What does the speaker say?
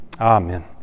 Amen